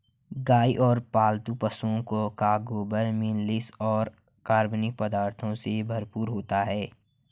गाय और पालतू पशुओं का गोबर मिनरल्स और कार्बनिक पदार्थों से भरपूर होता है